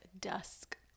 dusk